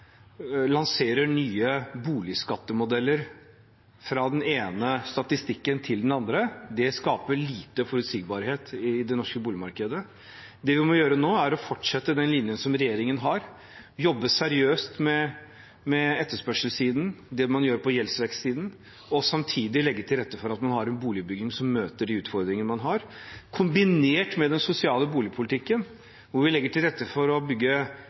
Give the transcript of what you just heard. lanserer nye boligskattemodeller fra den ene statistikken til den andre, skaper lite forutsigbarhet i det norske boligmarkedet. Det vi må gjøre nå, er å fortsette den linjen som regjeringen har, jobbe seriøst med etterspørselssiden, det man gjør på gjeldsvekstsiden, og samtidig legge til rette for at vi har en boligbygging som møter de utfordringene vi har – kombinert med den sosiale boligpolitikken, der vi legger til rette for å bygge